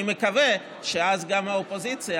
אני מקווה שאז גם האופוזיציה,